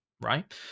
right